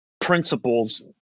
principles